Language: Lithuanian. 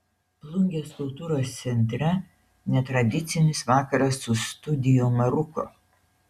plungės kultūros centre netradicinis vakaras su studio maruko